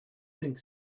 think